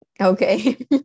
Okay